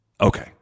Okay